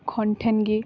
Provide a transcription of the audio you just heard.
ᱠᱷᱚᱱ ᱴᱷᱮᱱ ᱜᱮ